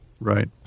right